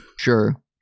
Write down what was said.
Sure